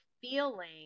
feeling